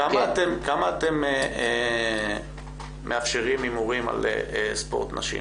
כמה אתם מאפשרים הימורים על ספורט נשים,